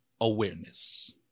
awareness